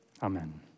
Amen